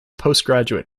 postgraduate